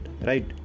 right